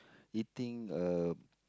eating a